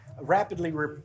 rapidly